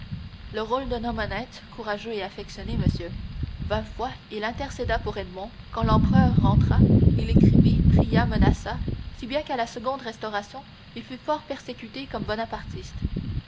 le rôle d'un homme honnête courageux et affectionné monsieur vingt fois il intercéda pour edmond quand l'empereur rentra il écrivit pria menaça si bien qu'à la seconde restauration il fut fort persécuté comme bonapartiste